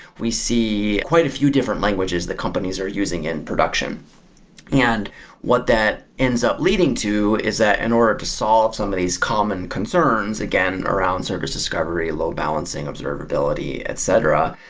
we see quite a few different languages that companies are using in production and what that ends up leading to is that in and order to solve some of these common concerns, again, around service discovery, load balancing, observability, etc,